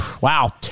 Wow